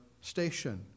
station